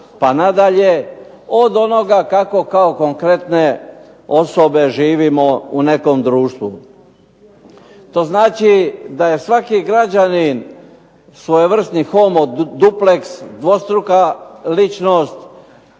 pa nadalje, od onoga kako kao konkretne osobe živimo u nekom društvu. To znači da je svaki građanin svojevrsni homo duplex, dvostruka ličnost,